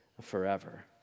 forever